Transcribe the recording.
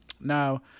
Now